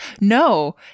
No